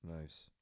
nice